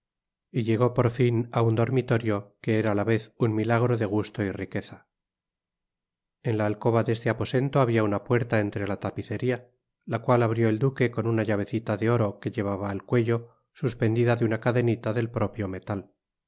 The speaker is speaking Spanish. y llegó por fin á un dormitorio que era á la vez un milagro de gusto y riqueza en la alcoba de este aposento habia una puerta entre la tapicería la cual abrió el duque con una llavecita de oro que llevaba al cuello suspendida de una cadenita del propio metal